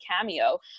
cameo